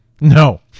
No